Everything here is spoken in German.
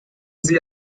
sie